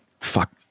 fuck